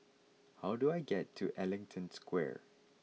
how do I get to Ellington Square